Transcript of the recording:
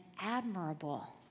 admirable